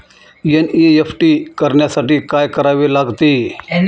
NEFT करण्यासाठी काय करावे लागते?